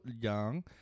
young